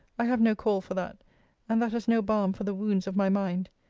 i have no call for that and that has no balm for the wounds of my mind.